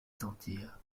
sentir